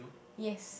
yes